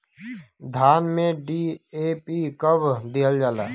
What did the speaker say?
धान में डी.ए.पी कब दिहल जाला?